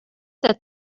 that